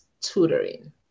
tutoring